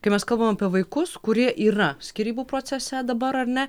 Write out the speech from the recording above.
kai mes kalbam apie vaikus kurie yra skyrybų procese dabar ar ne